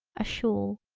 a shawl.